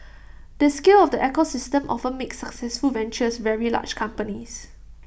the scale of the ecosystem often makes successful ventures very large companies